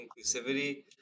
inclusivity